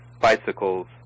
bicycles